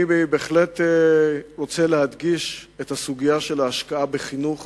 אני רוצה להדגיש את הסוגיה של ההשקעה בחינוך,